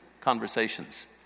Conversations